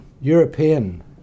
European